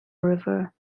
river